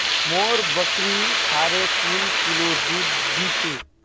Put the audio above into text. मोर बकरी साढ़े तीन किलो दूध दी छेक